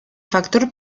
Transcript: factor